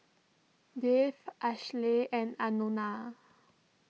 Dave Ashlea and Anona